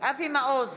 אבי מעוז,